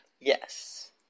Yes